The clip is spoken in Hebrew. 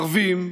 ערבים,